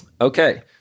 Okay